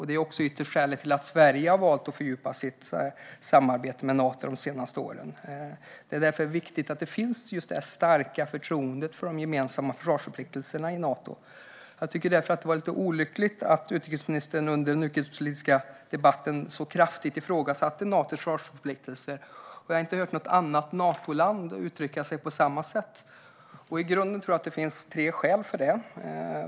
Detta är ytterst också skälet till att Sverige har valt att fördjupa sitt samarbete med Nato de senaste åren. Det är därför viktigt att det finns ett starkt förtroende för de gemensamma försvarsförpliktelserna i Nato. Därför var det lite olyckligt att utrikesministern så kraftigt ifrågasatte Natos försvarsförpliktelser under den utrikespolitiska debatten. Jag har inte hört något Natoland uttrycka sig på samma sätt, och jag tror att det i grunden finns det tre skäl till det.